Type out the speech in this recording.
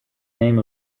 name